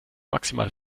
maximal